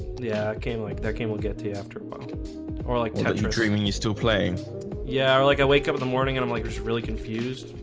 yeah came like that game will get t after month or like you're dreaming you still playing yeah, or like i wake up in the morning and i'm like just really confused.